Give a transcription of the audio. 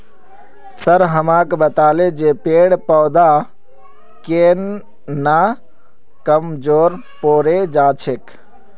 sir हमाक बताले जे पेड़ पौधा केन न कमजोर पोरे जा छेक